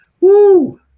Woo